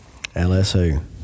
LSU